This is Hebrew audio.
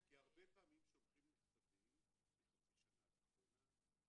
כי הרבה פעמים שולחים מכתבים מחצי שנה אחרונה,